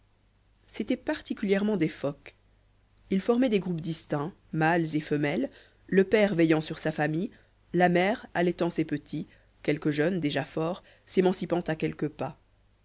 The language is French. c'étaient particulièrement des phoques ils formaient des groupes distincts mâles et femelles le père veillant sur sa famille la mère allaitant ses petits quelques jeunes déjà forts s'émancipant à quelques pas